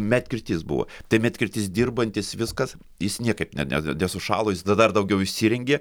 medkirtys buvo tai medkirtys dirbantis viskas jis niekaip ne nesušalo jis dar daugiau išsirengė